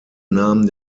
namen